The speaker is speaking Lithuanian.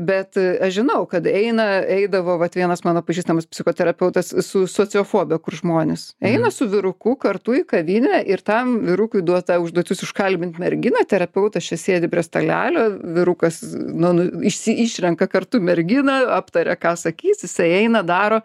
bet aš žinau kad eina eidavo vat vienas mano pažįstamas psichoterapeutas su sociofobe kur žmonės eina su vyruku kartu į kavinę ir tam vyrukui duota užduotis užkalbint merginą terapeutas čia sėdi prie stalelio vyrukas nu nu išsi išrenka kartu merginą aptaria ką sakys jisai eina daro